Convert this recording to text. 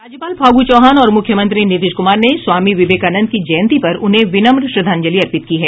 राज्यपाल फागू चौहान और मुख्यमंत्री नीतीश कुमार ने स्वामी विवेकानन्द की जयंती पर उन्हें विनम्र श्रद्धांजलि अर्पित की है